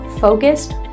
focused